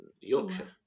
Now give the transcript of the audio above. Yorkshire